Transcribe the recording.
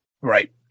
Right